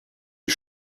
die